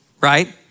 right